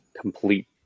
complete